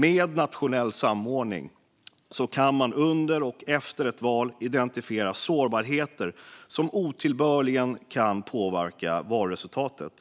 Med nationell samordning kan man under och efter ett val identifiera sårbarheter som otillbörligen kan påverka valresultatet.